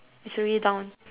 it's already down